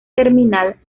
terminal